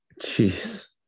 Jeez